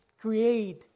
create